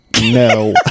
No